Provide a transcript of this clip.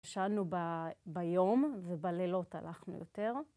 נשארנו ביום ובלילות הלכנו יותר.